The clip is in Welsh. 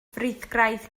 frithgraig